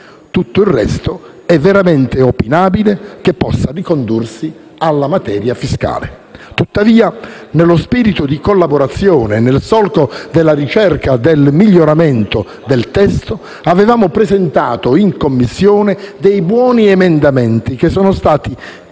Tutto il resto è veramente opinabile che possa ricondursi alla materia fiscale. Tuttavia, nello spirito di collaborazione e nel solco della ricerca del miglioramento del testo, avevamo presentato in Commissione dei buoni emendamenti che sono stati